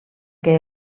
que